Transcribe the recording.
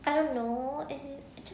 I don't know as in